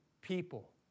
people